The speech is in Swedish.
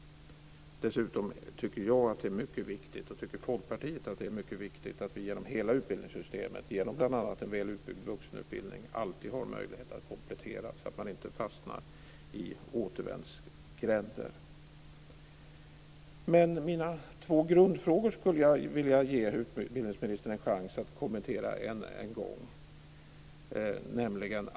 Dessutom tycker jag och Folkpartiet att det är mycket viktigt att vi genom hela utbildningssystemet, bl.a. genom en väl utbyggd vuxenutbildning, alltid har möjlighet att komplettera, så att man inte fastnar i återvändsgränder. Jag skulle vilja ge utbildningsministern en chans att kommentera mina två grundfrågor ännu en gång.